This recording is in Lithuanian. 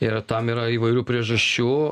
ir tam yra įvairių priežasčių